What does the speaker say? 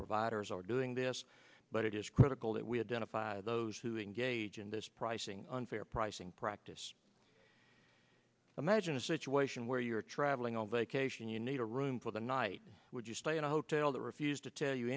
providers are doing this but it is critical that we have done a five those who engage in this pricing on fair pricing practice imagine a situation where you're traveling on vacation you need a room for the night would you stay in a hotel that refused to tell you